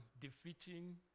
defeating